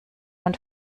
man